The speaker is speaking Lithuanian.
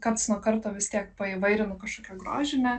karts nuo karto vis tiek paįvairinu kažkokia grožine